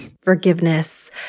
forgiveness